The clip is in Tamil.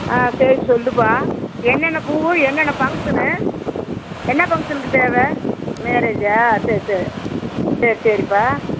ஆ சரி சொல்லுப்பா என்னென்ன பூ என்னென்ன ஃபங்க்ஷனு என்ன ஃபங்க்ஷனுக்கு தேவை மேரேஜ்ஜா சரி சரி சரி சரிப்பா